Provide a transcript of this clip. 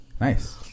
Nice